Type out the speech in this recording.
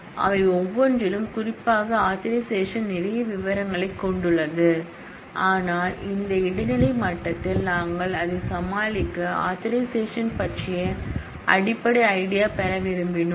அவை ஒவ்வொன்றிலும் குறிப்பாக ஆதரைசேஷன் நிறைய விவரங்களைக் கொண்டுள்ளது ஆனால் இந்த இடைநிலை மட்டத்தில் நாங்கள் அதைச் சமாளிக்க ஆதரைசேஷன் பற்றிய அடிப்படை ஐடியா பெற விரும்பினோம்